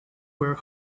were